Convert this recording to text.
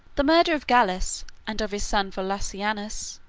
the murder of gallus, and of his son volusianus,